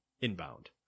inbound